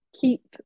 keep